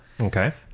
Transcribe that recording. Okay